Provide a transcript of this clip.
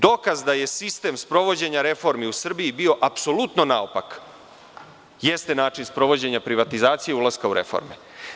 Dokaz da je sistem sprovođenja reformi u Srbiji bio apsolutno naopak jeste način sprovođenja privatizacije i ulaska u reforme.